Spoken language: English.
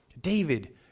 David